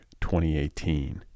2018